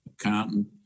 accountant